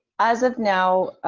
as of now,